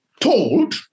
told